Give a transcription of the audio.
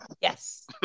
yes